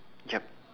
yup